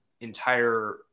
entire